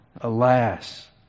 Alas